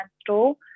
store